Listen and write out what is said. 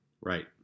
Right